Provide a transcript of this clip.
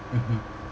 mmhmm